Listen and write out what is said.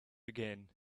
begin